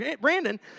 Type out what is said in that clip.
Brandon